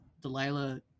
Delilah